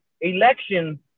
election